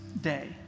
day